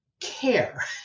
care